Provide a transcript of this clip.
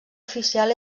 oficial